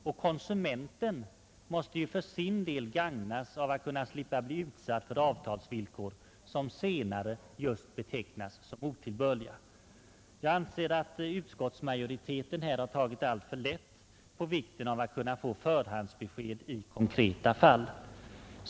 Och konsumenten måste ju för sin del gagnas av att slippa bli utsatt för avtalsvillkor, som senare just betecknas som otillbörliga. Jag anser att utskottsmajoriteten här tagit alltför lätt på vikten av att kunna få förhandsbesked i konkreta fall.